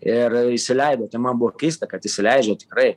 ir įsileido tai man buvo keista kad įsileidžia tikrai